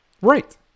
Right